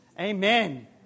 Amen